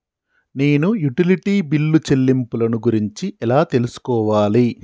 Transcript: నేను utility bill చెల్లింపులను గురించి ఎలా తెలుసుకోవాలి?